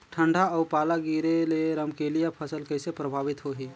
ठंडा अउ पाला गिरे ले रमकलिया फसल कइसे प्रभावित होही?